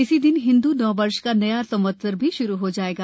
इसी दिन हिंदू नववर्ष का नया संवत्सर भी श्रू हो जाएगा